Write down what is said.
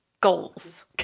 goals